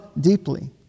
deeply